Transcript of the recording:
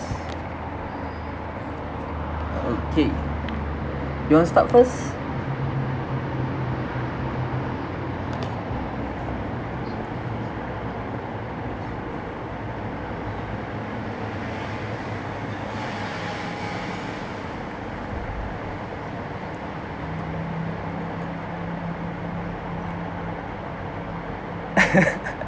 okay you want start first